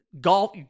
golf